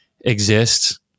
exists